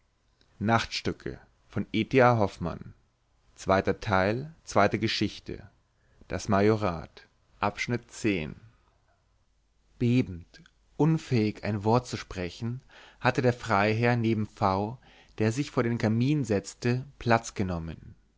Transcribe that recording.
bebend unfähig ein wort zu sprechen hatte der freiherr neben v der sich vor den kamin setzte platz genommen